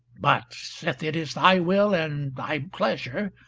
but, sith it is thy will and thy pleasure,